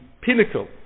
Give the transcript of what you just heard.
pinnacle